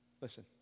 listen